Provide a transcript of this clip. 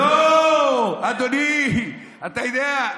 לא, אדוני, אתה יודע,